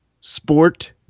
sport